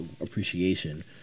appreciation